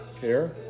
care